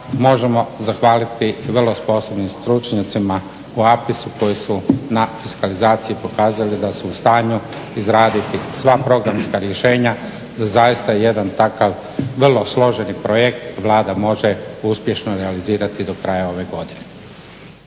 možemo zahvaliti i vrlo sposobnim stručnjacima u APIS-u koji su na fiskalizaciji pokazali da su u stanju izraditi sva programska rješenja da zaista jedan takav vrlo složeni projekt Vlada može uspješno realizirati do kraja ove godine.